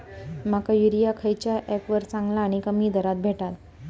माका युरिया खयच्या ऍपवर चांगला आणि कमी दरात भेटात?